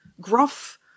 Gruff